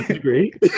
great